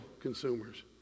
consumers